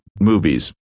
movies